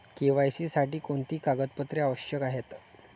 KYC साठी कोणती कागदपत्रे आवश्यक आहेत?